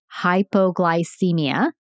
hypoglycemia